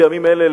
בימים אלה,